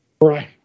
Right